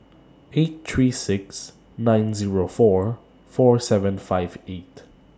eight three six nine Zero four four seven five eight